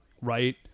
right